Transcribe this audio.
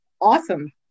awesome